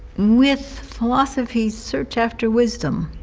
with philosophy's search after wisdom.